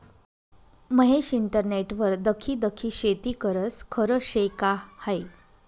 महेश इंटरनेटवर दखी दखी शेती करस? खरं शे का हायी